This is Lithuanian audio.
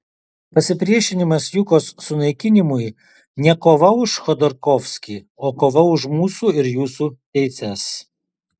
pasipriešinimas jukos sunaikinimui ne kova už chodorkovskį o kova už mūsų ir jūsų teises